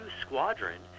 squadron